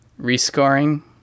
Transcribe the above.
rescoring